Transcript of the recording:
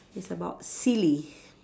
it's about silly